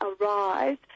arise